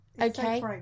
Okay